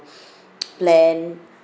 plan